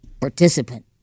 participant